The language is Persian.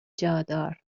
جادار